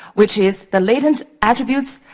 which is the latent attributes,